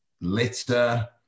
litter